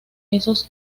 esos